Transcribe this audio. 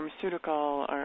pharmaceutical